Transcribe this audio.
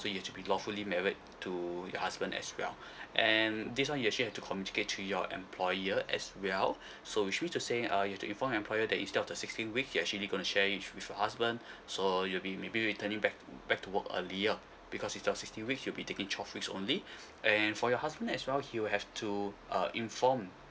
also you have to be lawfully married to your husband as well and this one you actually have to communicate to your employer as well so which means to say uh you've to inform your employer that is not the sixteen weeks you actually gonna share it with your husband so you'll be maybe returning back back to work earlier because if the sixteen weeks you've been taking twelve weeks only and for your husband as well he will have to uh inform